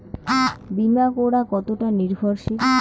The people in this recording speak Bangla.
বীমা করা কতোটা নির্ভরশীল?